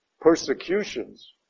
persecutions